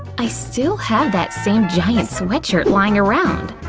i still have that same giant sweatshirt lying around!